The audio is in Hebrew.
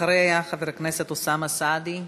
אחריה, חבר הכנסת אוסאמה סעדי.